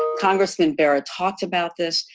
congressman bera talked about this.